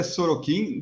Sorokin